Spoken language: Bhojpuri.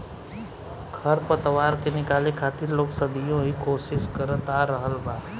खर पतवार के निकाले खातिर लोग सदियों ही कोशिस करत आ रहल बा